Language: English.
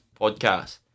Podcast